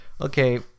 okay